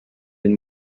این